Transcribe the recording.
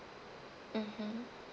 mmhmm